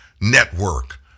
network